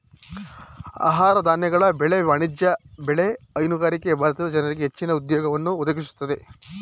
ಆಹಾರ ಧಾನ್ಯಗಳ ಬೆಳೆ, ವಾಣಿಜ್ಯ ಬೆಳೆ, ಹೈನುಗಾರಿಕೆ ಭಾರತದ ಜನರಿಗೆ ಹೆಚ್ಚಿನ ಉದ್ಯೋಗವನ್ನು ಒದಗಿಸುತ್ತಿದೆ